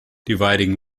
dividing